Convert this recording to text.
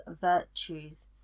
Virtues